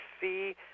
see